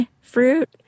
fruit